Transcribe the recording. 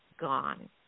gone